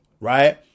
Right